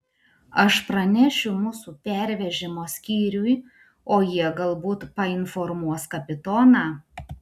aš pranešiu mūsų pervežimo skyriui o jie galbūt painformuos kapitoną